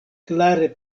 klare